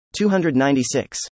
296